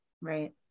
Right